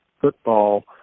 football